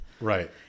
right